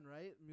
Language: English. right